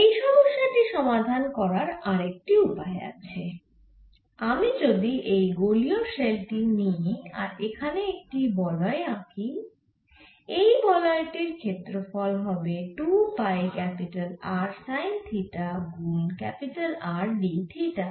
এই সমস্যা টি সমাধান করার আরেকটি উপায় আছে আমি যদি এই গোলীয় শেল টি নিই আর এখানে একটি বলয় আঁকি এই বলয় টির ক্ষেত্রফল হবে 2 পাই R সাইন থিটা গুন R d থিটা